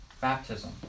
Baptism